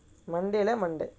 monday lah monday